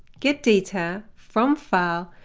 get data, from file,